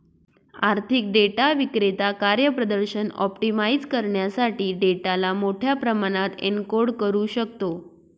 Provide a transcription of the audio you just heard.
आर्थिक डेटा विक्रेता कार्यप्रदर्शन ऑप्टिमाइझ करण्यासाठी डेटाला मोठ्या प्रमाणात एन्कोड करू शकतो